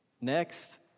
Next